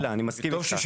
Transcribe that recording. חס וחלילה, אני מסכים איתך.